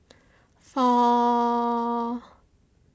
four